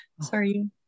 Sorry